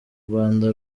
rwanda